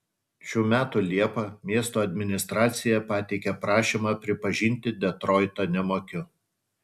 šių metų liepą miesto administracija pateikė prašymą pripažinti detroitą nemokiu